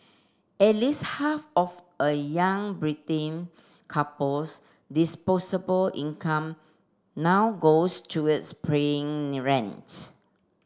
at least half of a young couple's disposable income now goes towards paying rent